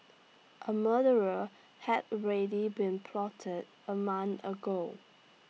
A murdera had already been plotted A mon ago